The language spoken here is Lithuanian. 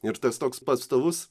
ir tas toks pastovus